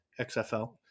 XFL